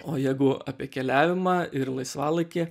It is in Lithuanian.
o jeigu apie keliavimą ir laisvalaikį